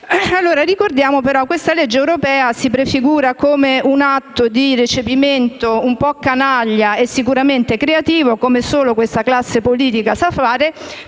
Va ricordato che il disegno di legge in esame si prefigura come un atto di recepimento un po' canaglia e sicuramente creativo, come solo questa classe politica sa fare,